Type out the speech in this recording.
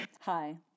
Hi